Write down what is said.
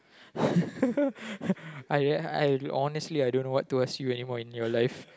I I honestly I don't know what to ask you any more in your life